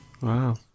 Wow